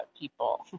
people